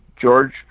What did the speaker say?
George